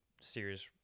series